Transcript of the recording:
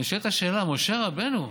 נשאלת השאלה: משה רבנו,